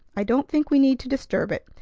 i don't think we need to disturb it.